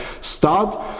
Start